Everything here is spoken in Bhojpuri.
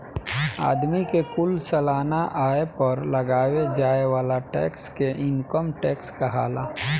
आदमी के कुल सालाना आय पर लगावे जाए वाला टैक्स के इनकम टैक्स कहाला